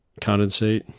condensate